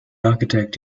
architect